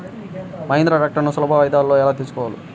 మహీంద్రా ట్రాక్టర్లను సులభ వాయిదాలలో ఎలా తీసుకోవచ్చు?